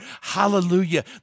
hallelujah